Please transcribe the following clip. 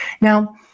Now